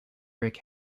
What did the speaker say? rick